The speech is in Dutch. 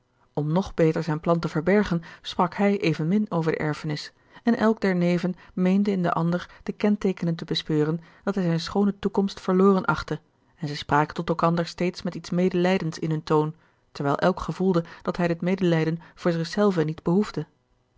om nog beter zijn plan te verbergen sprak hij evengerard keller het testament van mevrouw de tonnette min over de erfenis en elk der neven meende in den ander de kenteekenen te bespeuren dat hij zijne schoone toekomst verloren achtte en zij spraken tot elkander steeds met iets medelijdends in hun toon terwijl elk gevoelde dat hij dit medelijden voor zich zelven niet behoefde